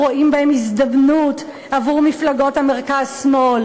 אנחנו רואים בהן הזדמנות עבור מפלגות המרכז-שמאל